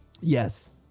Yes